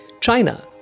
China